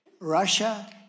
Russia